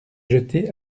jeter